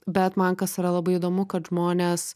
bet man kas yra labai įdomu kad žmones